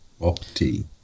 Opti